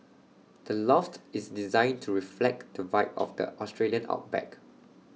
the loft is designed to reflect to vibe of the Australian outback